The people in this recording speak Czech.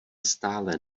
stále